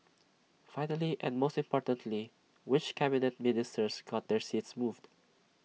finally and most importantly which Cabinet Ministers got their seats moved